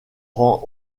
rend